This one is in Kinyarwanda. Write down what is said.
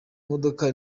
modoka